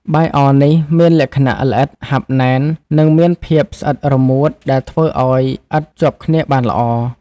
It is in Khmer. បាយអរនេះមានលក្ខណៈល្អិត ហាប់ណែន និងមានភាពស្អិតរមួតដែលធ្វើឱ្យឥដ្ឋជាប់គ្នាបានល្អ។